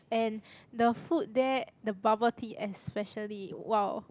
and the food there the bubble tea especially !wow!